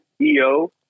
EO